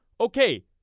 okay